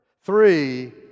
Three